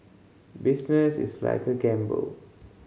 business is like a gamble